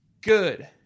good